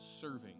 serving